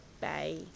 Bye